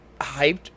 hyped